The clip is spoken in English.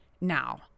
now